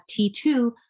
T2